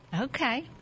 Okay